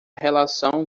relação